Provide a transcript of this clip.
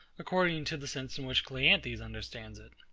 according to the sense in which cleanthes understands it.